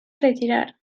retirar